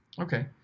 Okay